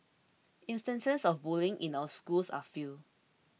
instances of bullying in our schools are few